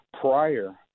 prior